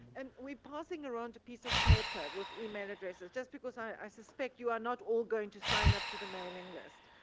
and we're passing around a piece of paper with email addresses just because i suspect you are not all going to sign up to the mailing list.